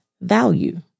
value